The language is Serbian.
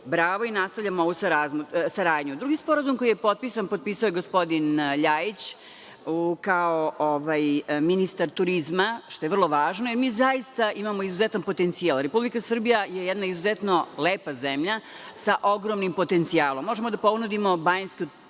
Bravo i nastavljamo ovu saradnju. Drugi sporazum koji je potpisan, potpisao je gospodin LJajić kao ministar turizma, što je vrlo važno i mi zaista imamo izuzetan potencijal. Republika Srbija je jedna izuzetno lepa zemlja sa ogromnim potencijalom. Možemo da ponudimo banjski turizam,